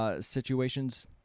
situations